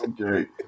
Okay